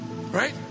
Right